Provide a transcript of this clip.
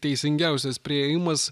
teisingiausias priėjimas